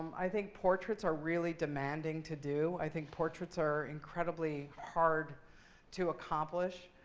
i think portraits are really demanding to do. i think portraits are incredibly hard to accomplish.